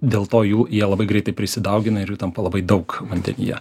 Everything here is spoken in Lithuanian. dėl to jų jie labai greitai prisidaugina ir jų tampa labai daug vandenyje